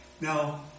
Now